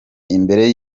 imbere